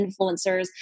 influencers